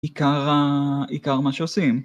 עיקר אה... עיקר מה שעושים